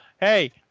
hey